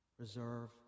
Reserve